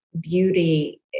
beauty